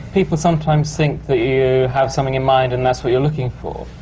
people sometimes think that you have something in mind and that's what you're looking for.